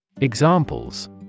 Examples